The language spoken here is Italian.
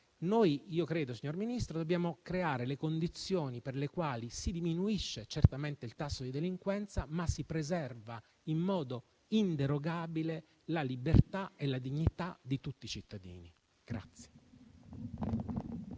Ministro, credo che dobbiamo creare le condizioni con cui si diminuisce certamente il tasso di delinquenza, ma si preserva in modo inderogabile la libertà e la dignità di tutti i cittadini.